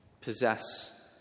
possess